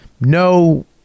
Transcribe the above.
no